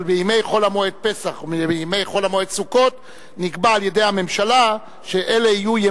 אבל בימי חול המועד פסח וימי חול המועד סוכות נקבע על-ידי הממשלה שאלה